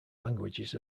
languages